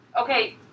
Okay